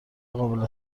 قابل